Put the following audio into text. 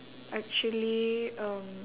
actually um